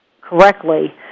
correctly